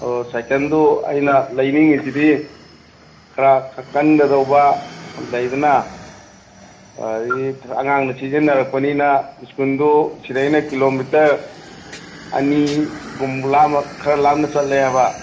ꯑꯣ ꯁꯥꯏꯀꯜꯗꯨ ꯑꯩꯅ ꯂꯩꯅꯤꯡꯉꯤꯁꯤꯗꯤ ꯈꯔ ꯀꯟꯒꯗꯧꯕ ꯂꯩꯗꯅ ꯑꯗꯩꯗꯤ ꯑꯉꯥꯡꯅ ꯁꯤꯖꯤꯟꯅꯔꯛꯄꯅꯤꯅ ꯁ꯭ꯀꯨꯜꯗꯣ ꯁꯤꯗꯩꯅ ꯀꯤꯂꯣꯃꯤꯇꯔ ꯑꯅꯤꯒꯨꯝ ꯂꯥꯞꯅ ꯈꯔ ꯂꯥꯞꯅ ꯆꯠꯂꯦ ꯍꯥꯏꯕ